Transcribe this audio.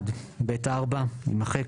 סעיף 16(ב1)(1)(ב)(4) יימחק,